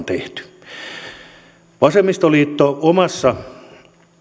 tehty voidaan korjata vasemmistoliitto omassa